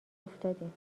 افتادیم